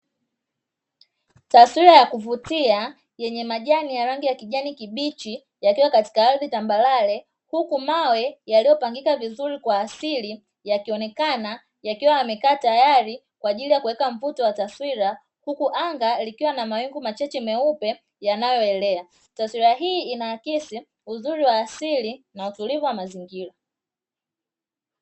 Taswira ya kuvutia yenye majani ya rangi ya kijani kibichi yakiwa katika ardhi tambarare, huku mawe yaliyopangika vizuri kwa asili yakionekana yakiwa yamekata tayari kwa ajili ya kuweka mvuto wa taswira, huku anga likiwa na mawingu machache meupe yanayoelea. Taswira hii inaakisi uzuri wa asili na utulivu wa mazingira.